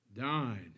died